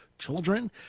children